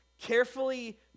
carefully